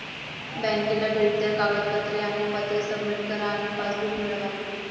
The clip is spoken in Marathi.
बँकेला भेट द्या कागदपत्रे आणि पत्रे सबमिट करा आणि पासबुक मिळवा